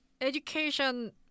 education